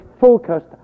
focused